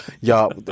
Y'all